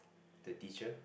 the teacher